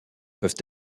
peuvent